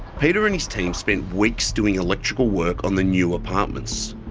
peter and his team spent weeks doing electrical work on the new apartments.